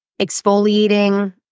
exfoliating